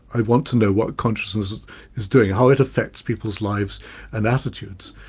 i want to know what consciousness is doing, how it affects people's lives and attitudes.